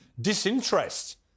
disinterest